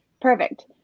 Perfect